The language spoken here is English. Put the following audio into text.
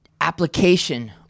application